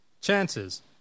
chances